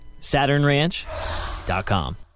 SaturnRanch.com